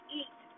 eat